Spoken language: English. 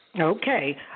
Okay